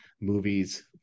movies